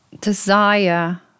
desire